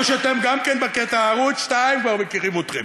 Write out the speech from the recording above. או שאתם גם כן בקטע, ערוץ 2 כבר מכירים אתכם.